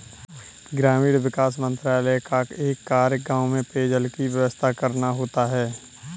ग्रामीण विकास मंत्रालय का एक कार्य गांव में पेयजल की व्यवस्था करना होता है